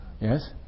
Yes